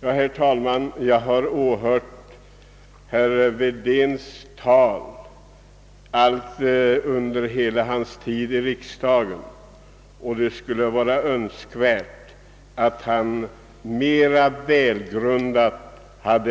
Jag har lyssnat på herr Wedéns tal under hela hans tid i riksdagen, och jag anser att det skulle ha varit önskvärt att han bättre